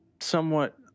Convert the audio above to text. somewhat